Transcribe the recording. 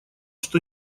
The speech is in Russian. что